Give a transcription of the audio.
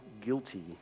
guilty